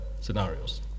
scenarios